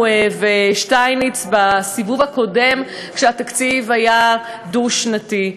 ושטייניץ בסיבוב הקודם כשהתקציב היה דו-שנתי.